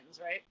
right